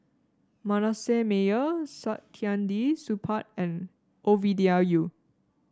Manasseh Meyer Saktiandi Supaat and Ovidia Yu